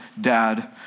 dad